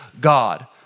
God